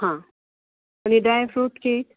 हां आनी dry fruit cake